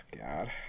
God